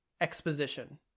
exposition